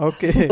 Okay